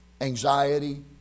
anxiety